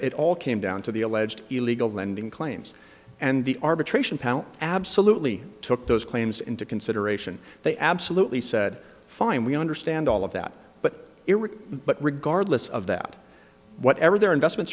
it all came down to the alleged illegal lending claims and the arbitration panel absolutely took those claims into consideration they absolutely said fine we understand all of that but it was but regardless of that whatever their investment